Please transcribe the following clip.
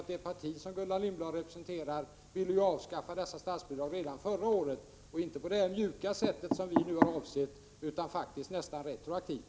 Det parti som Gullan Lindblad representerar ville ju avskaffa dessa statsbidrag redan förra året, och inte på det mjuka sätt som vi avsett utan faktiskt nästan retroaktivt.